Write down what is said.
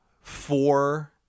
Four